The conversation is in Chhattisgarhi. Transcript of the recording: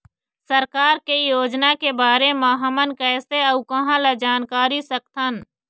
सरकार के योजना के बारे म हमन कैसे अऊ कहां ल जानकारी सकथन?